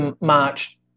March